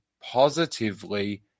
positively